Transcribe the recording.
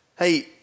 Hey